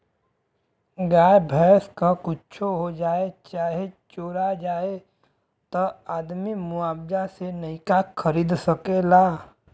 गाय भैंस क कुच्छो हो जाए चाहे चोरा जाए त आदमी मुआवजा से नइका खरीद सकेला